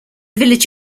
village